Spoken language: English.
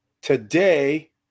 Today